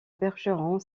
bergeron